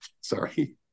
Sorry